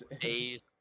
days